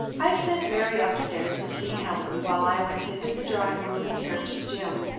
i sent mary up-stairs to see helen, while i went into the drawing-room in search of jim,